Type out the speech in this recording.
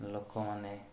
ଲୋକମାନେ